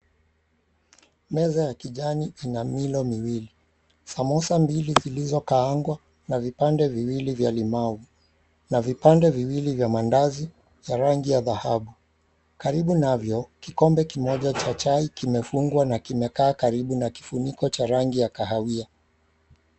Meza ya kijani ina milo miwili; samosa mbili zilizokaangwa na vipande viwili vya limau na vipande viwili vya mandazi ya rangi ya dhahabu. Karibu navyo kikombe kimoja cha chai kimefungwa na kimekaa karibu na kifuniko cha rangi ya kahawia.